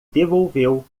devolveu